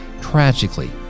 tragically